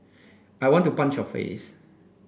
I want to punch your face